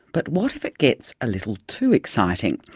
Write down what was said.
but what if it gets a little too exciting?